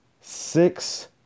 Six